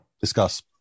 Discuss